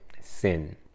Sin